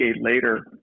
later